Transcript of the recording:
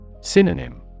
Synonym